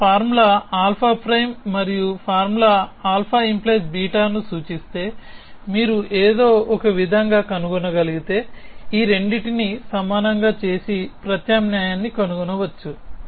మీరు ఫార్ములా α' మరియు ఫార్ములా α🡪β సూచిస్తే మీరు ఏదో ఒకవిధంగా కనుగొనగలిగితే ఈ రెండింటినీ సమానంగా చేసే ప్రత్యామ్నాయాన్ని కనుగొనవచ్చు